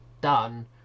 done